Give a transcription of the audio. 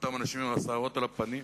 לאותם אנשים עם השערות על הפנים.